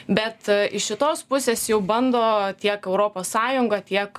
bet iš šitos pusės jau bando tiek europos sąjunga tiek